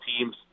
teams